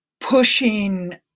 pushing